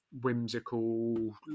whimsical